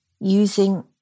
using